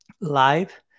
live